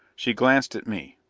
she glanced at me.